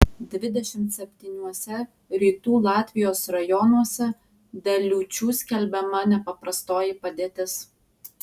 dvidešimt septyniuose rytų latvijos rajonuose dėl liūčių skelbiama nepaprastoji padėtis